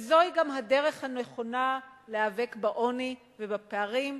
וזו גם הדרך הנכונה להיאבק בעוני ובפערים.